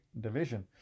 division